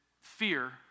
fear